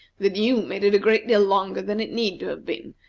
that you made it a great deal longer than it need to have been,